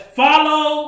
follow